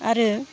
आरो